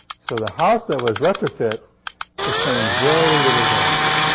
so the house that was retrofit sustained very little damage.